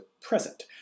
present